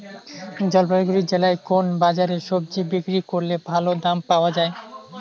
জলপাইগুড়ি জেলায় কোন বাজারে সবজি বিক্রি করলে ভালো দাম পাওয়া যায়?